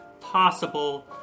possible